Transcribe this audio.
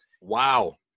Wow